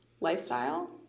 lifestyle